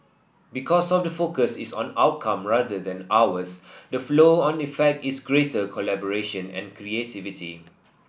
because of the focus is on outcome rather than hours the flow on effect is greater collaboration and creativity